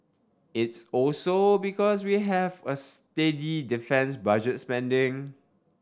it's also because we have a steady defence budget spending